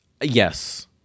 Yes